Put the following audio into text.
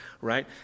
right